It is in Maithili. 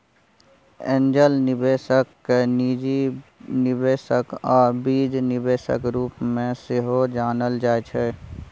एंजल निबेशक केँ निजी निबेशक आ बीज निबेशक रुप मे सेहो जानल जाइ छै